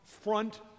front